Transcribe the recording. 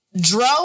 Dro